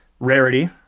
rarity